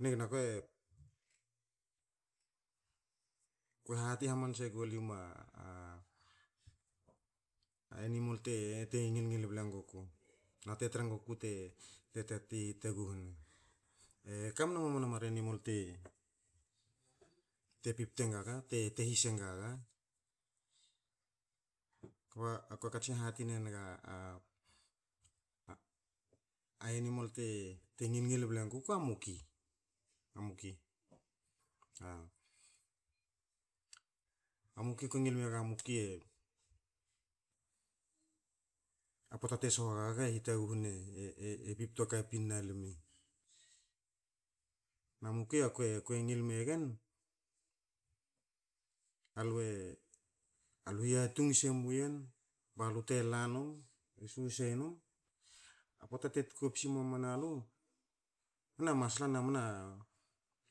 Nigna kue- kue hati hamanse gua limu a animal te- te ngil ngil bal nguku na te trang guku te tati hitaghu ne. E kamna mamana animal te pipten gaga te- te his wa gaga, kba a kue katsin hati nenga a animal te ngil ble nguku, a muki, a muki, uuh. A muki a kue ngil mega muki e, a pota te shoh gaga e hitaghu ne e- e pipto kpu ne na lume. Na muki a kue- kue ngil megen, alue alue yatung se muen, balu te la num, le susei num, a pota te tkopis mamana lu, mna masla na mna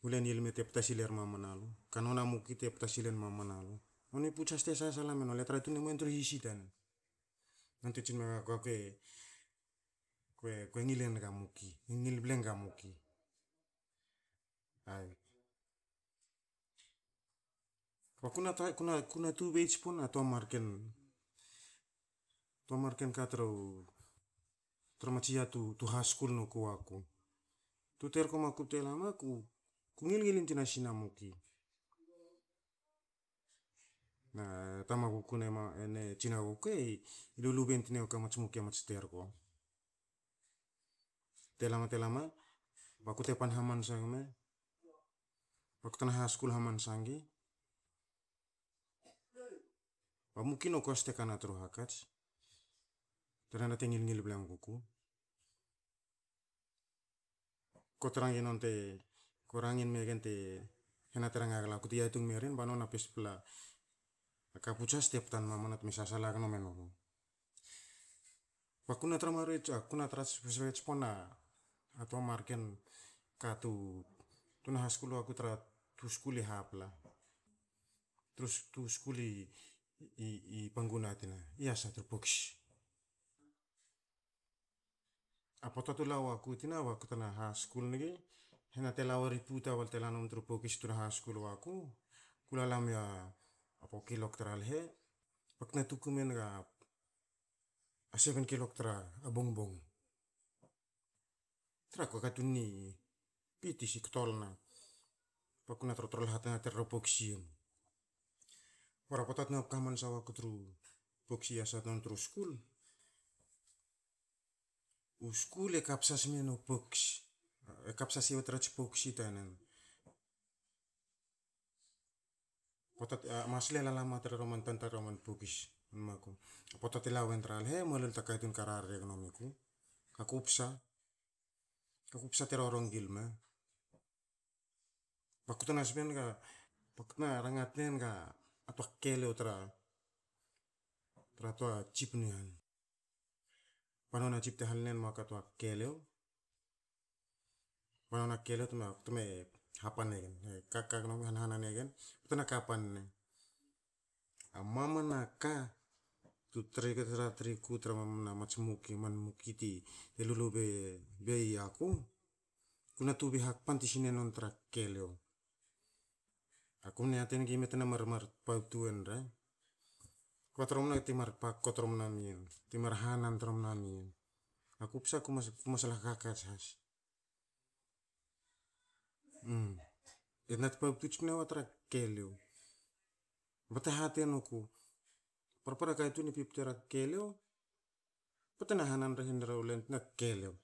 u len i lme te pta sil emamana lu, ka nona muki te pta sil e mnamana lu. Nino puts has te sasala menulu, alu tra tun e muen tru hisi tanen, nonte tsin mengla ku akue ngil enga muki, ko ngil ble nok a muki. Kba ko na tubei tspona toa marken kain toa marken ka tra matsi ya tu- tu haskul noku waku. Tu terko maku te lama ku ngilngilin tun nasi na muki, ne tamaguku ne tsinaguku i lulu bei tin i ku mats muki mats terko. Telama telama baku te pan hamansa gme, ba ko tena haskul hamansa ngi, ba muki noku has te kawa tru hakats te rhena te ngil ngil ble nguku. Ko tra ngi non te hena te ranga wegla ku, te yatung merin banona pespla ka puts has te ptan mamana bte me sasala gno menulu. Kba kuna tra maruei tsa ku na sbe tspona toa marken ka tuna has skul waku tru tua skul i hapla, tru tua skul i panguna tina i yasa tru pokis. A poata tu la waku tina baktna haskul ngi, hena te laweri puta balte lanum tru pokis tu haskul waku, ku lala mia pokilok tra lehe bak na tuku menga seven kilok tra bongbong, tra ha kua katun ni bi tis, i kotolanakba, ku na trotrolha tna trero poksi yen. Bora pota tuna ka hamansa waku tru poksi yasa non tru school, u school e kapsa sime no pokis, e kapsa siwa tru poksi tanen. Pota te a masla i lala rme trero man tanta trero man pokis, man makum. Pota te larin tra lehe moalol ta katun ka rar re gno miku, aku psa, ka ku psa te roro ngi lme. Ba ko na sbe nga ba ku na rangatin enga toa kelio tra toa chief ni han, banona chief te hale nma ku a toa kelio, ba nona kelio bakte me hapan egen. Kaka gno mien, ha nan e gen bte na kapan ne mamana ka tu tratrei ku tra mats muki a muki te lulu bei ya- be ya ku kuna tubei hakpan tua siyen tra non tra kelio. Ku mne yati ngi i me tna mar tpabu wen rek tromna te mar pak ko tromna mi yen, ti mar hanan tromna mi yen. A ku psa ku masal hakhakats has. A kbe na tpabtu tspne wa tra kelio. Bte hate nuku parpara katun e pipto era keliou, bte na hanan rehin reru lan tina keliou.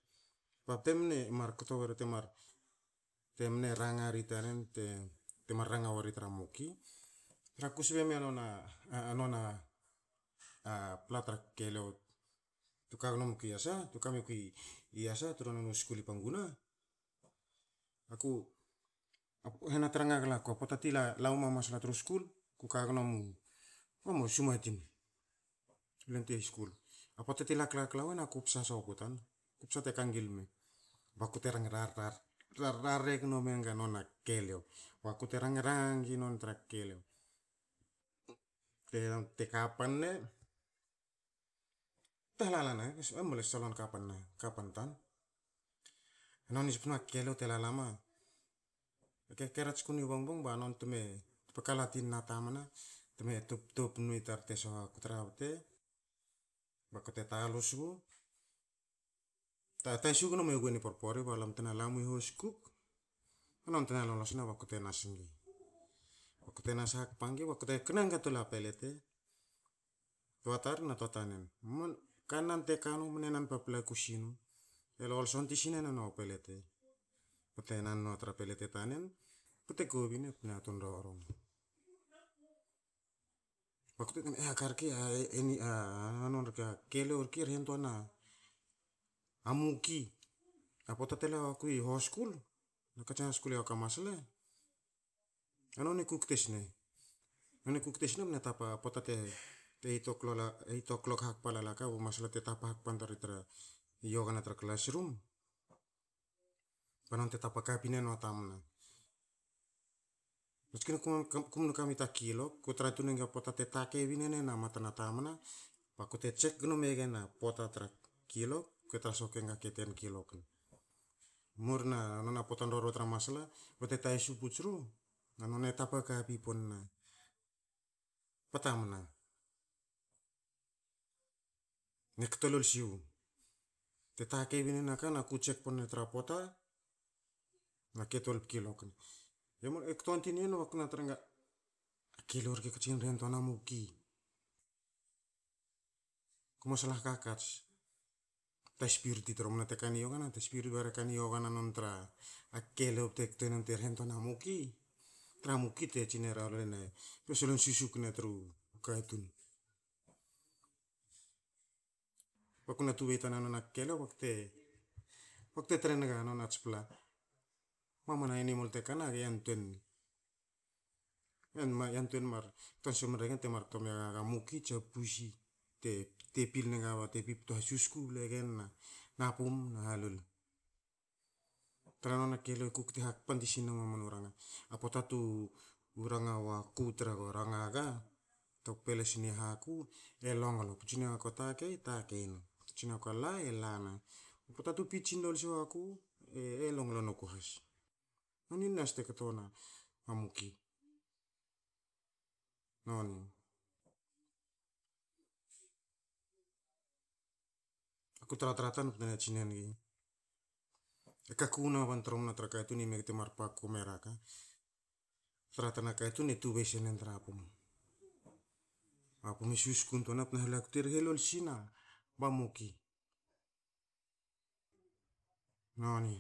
Kba bte mne kto weri temar, temne ranga ri tanen te mar ranga weri tra muki. Traha ku sbe ma nona nona pla tra keliou tu ka gno miku iasa tra nonu skul i panguna, a ku, hena te ranga glaku, pota ti lauma masla tru skul, ku kagno mu sumatin, u len ti school ba pota ti la klakla wen, a ku psa soku tan, aku psa te kangi lme. Baku te rar rare gno menga nona keliou. bakute rangranga gno menga nona keliou. Bte kapan ne bte hlahla na mlo solon kapan tan. Noni tspne keliou te lala ma, e keke retsku mna bongbong bte tupa kalatin na tamna, bte me toptop no i tar te sho gaku tra bte, baku te talus gu, tasu gno meguwen i porpori ba lam tna lamue hoskuk ba non tna lolos na ba ku te nas ngi. Baku te nas hakpa ngi, kna enga tol a pelete, toa tar na toa tanen. Man kanan te kanu mne nan papla ku sinu, e lolson tisina e na pelete, bte nan ne tra pelete tanen bte kobi nebte na ton roro na. Bakute, ai a ka rke hanon rke, akeliou rke rhen toa na muki. Tra pota te la guaku i hos skul tuna katsin haskul iku a masla, a noni e kukte sne. Noni kukte sne bte na tapa na. A poata te eight eight oclock hakpa lalaka ba masla te tapa hakpan toari tra i yogana tra classroom, ba non te tap kapin e nua tamna. Notskin ku mne kami ta kilok ko tra tun engi te takei bin enen a tamna baku te jek gno megen a pota tra kilok ko tra sokue ga ke ten kilok ne. Murna nona pota roro tra masla bte tasu puts ru, na none tapa kapin pon na tamna. Ne kto lol siwu, te takei bin e nen a ka naku jek pne tra pota nake twelve kilok pne. E kton tin i yen baku te na trenga a keliou rke katsin rhen nitoa na muki. Aku masal hakhakats, ta spirti tromna te kani yogana? Ta spirit bare kani yogana non tra keliou te kte nen bte rehnen toan na muki. Tra ha muki te tsi ne ruen be solon susukne tru katun. Baku na tubei tani nona keliou ba ko te trenga none a tsi pla. Mamana animal tekana, le yantuei, ga yantuen mar kto sme gen tra muki tsa pusi, te piline nga ga na te pipte hasusku ble gen na pum na ha lol. Traha nona keliou e kukte hakpan tisini mamanu ranga tra pota tu ranga waku tre go ranga ga tok peles ni haku, e longlo. Tu tsinia ku takei, e takei na, tu tsinia ku la, e lana, pota tu pidgin waku e longlo noku has. Noni nue has te kto wna muki, noni. Aku tratra tan bakte tsin ne ngi, e ka tromna wna te mar pak koko mera ka traha tana katun e tubei senen tra pum. a pum e susukun toana btna hla kte rehe lol si na, ba muki, noni.